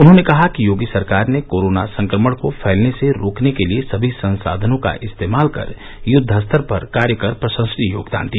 उन्होंने कहा कि योगी सरकार ने कोरोना संक्रमण को फैलने से रोकने के लिए सभी संसाधनों का इस्तेमाल कर युद्व स्तर पर कार्य कर प्रशंसनीय योगदान दिया